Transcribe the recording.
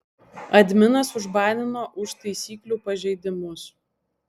adminas užbanino už taisyklių pažeidimus